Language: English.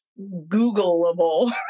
Googleable